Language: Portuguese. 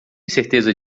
certeza